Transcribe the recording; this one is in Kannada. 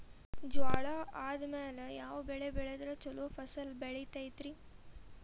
ಜ್ವಾಳಾ ಆದ್ಮೇಲ ಯಾವ ಬೆಳೆ ಬೆಳೆದ್ರ ಛಲೋ ಫಸಲ್ ಬರತೈತ್ರಿ?